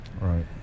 right